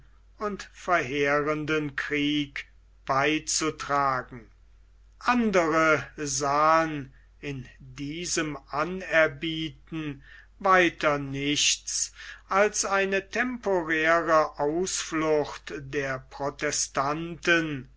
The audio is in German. und verheerenden krieg beizutragen andere sahen in diesem anerbieten weiter nichts als eine temporäre ausflucht der protestanten